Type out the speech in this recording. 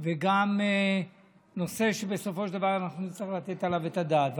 וגם נושא שבסופו של דבר אנחנו נצטרך לתת עליו את הדעת.